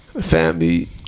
Family